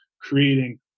creating